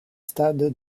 stades